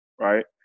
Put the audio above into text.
right